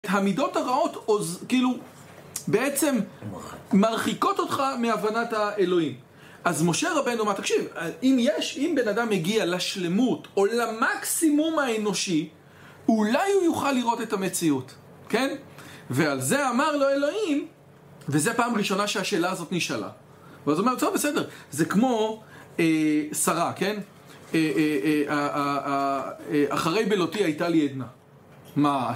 המידות הרעות, כאילו, בעצם מרחיקות אותך מהבנת האלוהים אז משה רבנו אמר, תקשיב, אם יש, אם בן אדם מגיע לשלמות או למקסימום האנושי אולי הוא יוכל לראות את המציאות, כן? ועל זה אמר לו אלוהים, וזה פעם ראשונה שהשאלה הזאת נשאלה ואז הוא אמר, טוב, בסדר, זה כמו שרה, כן? אחרי בלותי הייתה לי עדנה